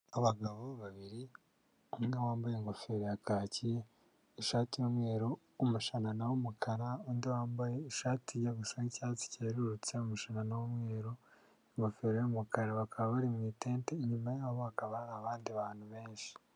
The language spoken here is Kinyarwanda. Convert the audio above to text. Abagabo babiri; umwe wambaye ingofero ya kaki, ishati y'umweru, umushanana w'umukara, undi wambaye ishati ijya gusa nk'icyatsi cyerurutse, umushanana w'umweru n'ingofero y'umukara bakaba bari mu itente. Inyuma yabo hakaba hari abandi bantu benshi.